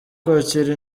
kwakira